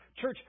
Church